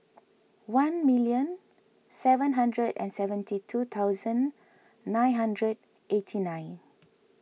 one million seven hundred and seventy two thousand nine hundred and eighty nine